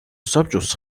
საბჭოს